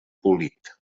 polit